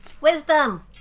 Wisdom